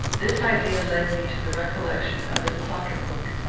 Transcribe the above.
this idea led me to the recollection of his pocket-book.